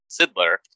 Siddler